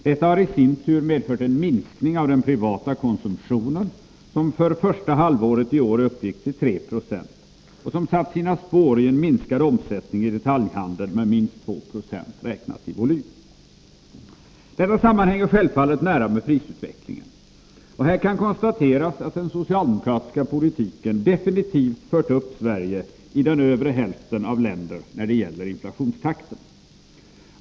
Detta har i sin tur medfört en minskning av den privata konsumtionen, som för första halvåret i år uppgick till 3 26 och som satt sina spår i en minskad omsättning i detaljhandeln med minst 2 20 räknat i volym. Detta sammanhänger självfallet nära med prisutvecklingen, och här kan konstateras att den socialdemokratiska politiken definitivt fört upp Sverige i den övre hälften av länder när det gäller inflationstakten.